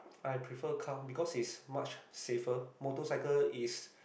I prefer car because it's much safer motorcycle is